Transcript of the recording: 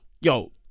yo